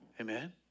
Amen